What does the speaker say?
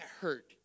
hurt